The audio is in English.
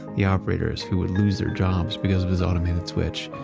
the operators who would lose their jobs because of his automated switch,